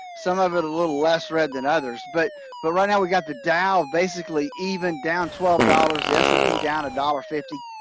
some of it a little less red than others, but but right now, we got the dow basically even down twelve dollars, s and p down a dollar fifty,